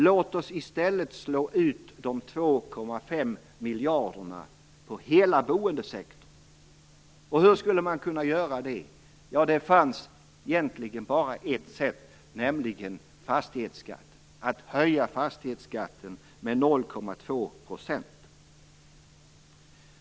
Låt oss i stället slå ut de 2,5 miljarderna på hela boendesektorn. Hur skulle man kunna göra det? Ja, det fanns egentligen bara ett sätt, nämligen att höja fastighetsskatten med 0,2 %.